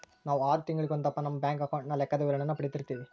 ನಾವು ಆರು ತಿಂಗಳಿಗೊಂದಪ್ಪ ನಮ್ಮ ಬ್ಯಾಂಕ್ ಅಕೌಂಟಿನ ಲೆಕ್ಕದ ವಿವರಣೇನ ಪಡೀತಿರ್ತೀವಿ